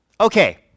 Okay